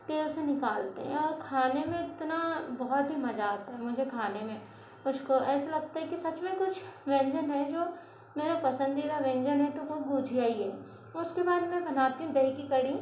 तेल से निकालते हैं और खाने में इतना बहुत ही मज़ा आता है मुझे खाने में उसको ऐसा लगता है कि सच में कुछ व्यंजन है जो मेरा पसंदीदा व्यंजन है तो वो गुजिया ही है उसके बाद मैं बनाती हूँ दही की कढी